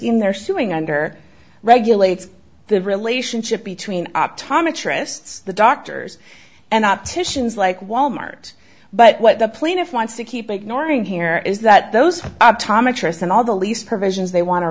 scheme they're suing under regulates the relationship between optometrists the doctors and opticians like wal mart but what the plaintiff wants to keep ignoring here is that those optometrists and all the lease provisions they want to